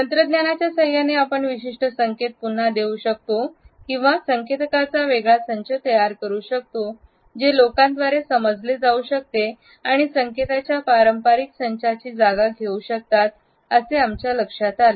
तंत्रज्ञानाच्या सहाय्याने आपण विशिष्ट संकेत पुन्हा देऊ शकतो किंवा संकेतकांचा वेगळा संच तयार करू शकतो जे लोकांद्वारे समजले जाऊ शकते आणि संकेतांच्या पारंपारिक संचाची जागा घेऊ शकतात असे आमच्या लक्षात आले